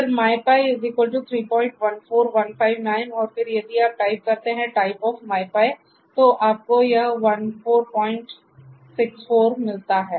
फिर my pi314159 और फिर यदि आप टाइप करते हैं typeof तो आपको यह 1464 मिलता है